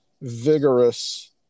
vigorous